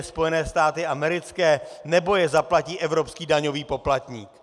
Spojené státy americké, nebo je zaplatí evropský daňový poplatník?